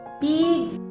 big